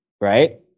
Right